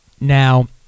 Now